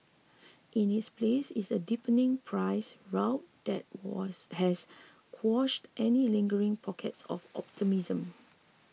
in its place is a deepening price rout that was has quashed any lingering pockets of optimism